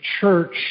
church